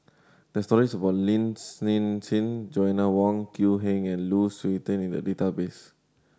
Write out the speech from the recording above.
there are stories about Lin Hsin Hsin Joanna Wong Quee Heng and Lu Suitin in the database